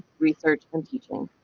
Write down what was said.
research and teaching.